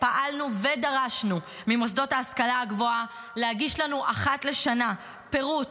פעלנו ודרשנו ממוסדות ההשכלה הגבוהה להגיש לנו אחת לשנה פירוט